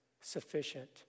sufficient